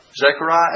Zechariah